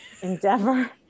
endeavor